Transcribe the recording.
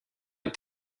est